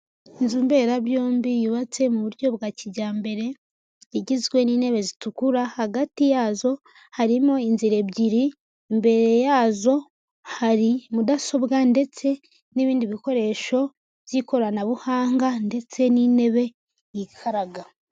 Inzu mberabyombi yubatse mu buryo bwa kijyambere, igizwe n'intebe zitukura, hagati yazo harimo inzira ebyiri, imbere yazo hari mudasobwa ndetse n'ibindi bikoresho by'ikoranabuhanga ndetse n'intebe yikaraga.